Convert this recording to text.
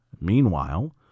Meanwhile